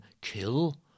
Kill